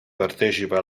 partecipa